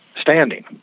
standing